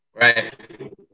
Right